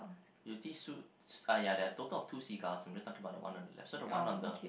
ah ya there are a total of two seagulls if you're talking about the one on the so the one on the